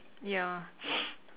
ya